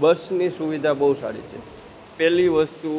બસની સુવિધા બહુ સારી છે પેલી વસ્તુ